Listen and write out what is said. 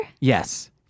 yes